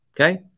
Okay